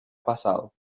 pasado